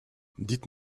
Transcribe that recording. dites